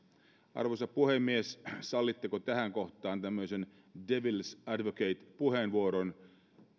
arvoisa puhemies sallitteko tähän kohtaan tämmöisen devils advocate puheenvuoron